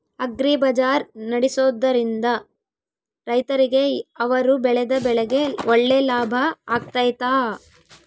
Agri bazaar ನಡೆಸ್ದೊರಿಂದ ರೈತರಿಗೆ ಅವರು ಬೆಳೆದ ಬೆಳೆಗೆ ಒಳ್ಳೆ ಲಾಭ ಆಗ್ತೈತಾ?